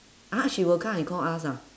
!huh! she will come and call us ah